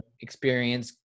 experience